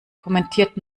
kommentiert